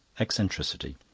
eccentricity.